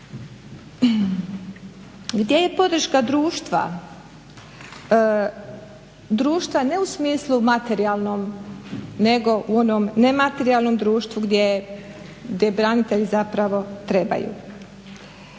Gdje je podrška društva, društva ne u smislu materijalnom nego u onom nematerijalnom društvu gdje branitelji zapravo trebaju.